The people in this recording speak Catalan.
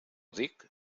dic